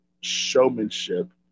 showmanship